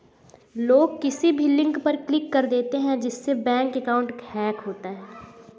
लोग किसी भी लिंक पर क्लिक कर देते है जिससे बैंक अकाउंट हैक होता है